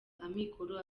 amikoro